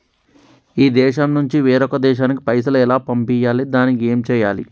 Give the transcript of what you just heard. ఈ దేశం నుంచి వేరొక దేశానికి పైసలు ఎలా పంపియ్యాలి? దానికి ఏం చేయాలి?